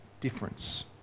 difference